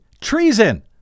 Treason